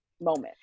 moment